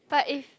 but if